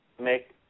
make